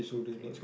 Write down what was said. Kim